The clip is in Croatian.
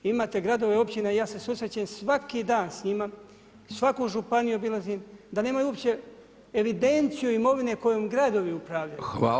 Imate gradova i općina i ja se susrećem svaki dan s njima, svaku županiju obilazim da nemaju uopće evidencije imovine kojom gradovi upravljaju.